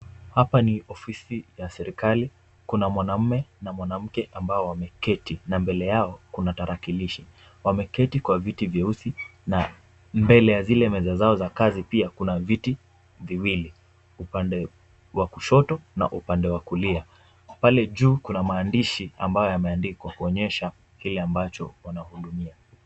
Hapa ni ofisi ya serikali, kuna mwanaume na mwanamke ambao wameketi na mbele yao kuna tarakilishi. Wameketi kwa viti vyeusi na mbele ya zile meza zao za kazi pia kuna viti viwili upande wa kushoto na upande wa kulia. Pale juu kuna maandishi ambayo yameandikwa kuonyesha kile ambacho wanahudumia.